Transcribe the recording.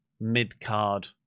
mid-card